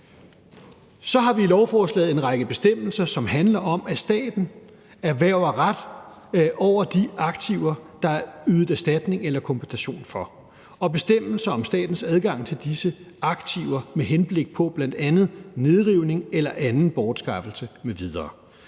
Så har vi i lovforslaget en række bestemmelser, som handler om, at staten erhverver ret over de aktiver, der er ydet erstatning eller kompensation for, og bestemmelser om statens adgang til disse aktiver med henblik på bl.a. nedrivning eller anden bortskaffelse m.v.